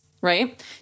right